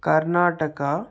Karnataka